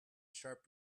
sharp